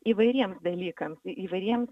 įvairiems dalykams įvairiems